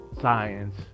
science